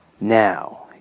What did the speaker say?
now